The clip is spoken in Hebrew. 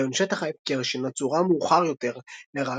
רעיון "שטח ההפקר" שינה צורה מאוחר יותר לרעיון